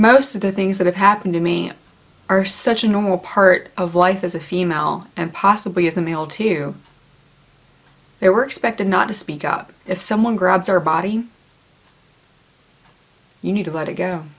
most of the things that have happened to me are such a normal part of life as a female and possibly as a male too they were expected not to speak up if someone grabs our body you need to let it go